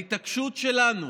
ההתעקשות שלנו